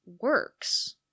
works